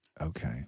Okay